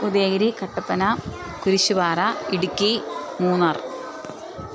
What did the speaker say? Udayagiri Kattappana Kurisupara Idukki Munnar